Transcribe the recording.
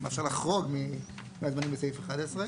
שמאפשר לחרוג מהזמנים בסעיף (11),